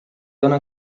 dóna